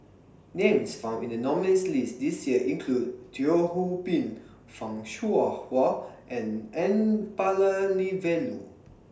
Names found in The nominees' list This Year include Teo Ho Pin fan Shao Hua and N Palanivelu